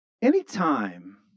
Anytime